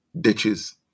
ditches